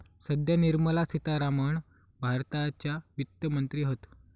सध्या निर्मला सीतारामण भारताच्या वित्त मंत्री हत